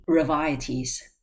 varieties